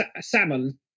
salmon